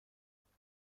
نیازی